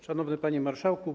Szanowny Panie Marszałku!